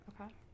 Okay